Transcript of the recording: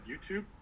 YouTube